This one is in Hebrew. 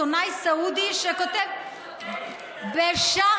עיתונאי סעודי שכותב, עכשיו